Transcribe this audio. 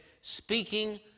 speaking